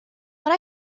when